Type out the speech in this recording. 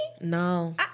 no